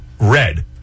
red